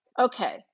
Okay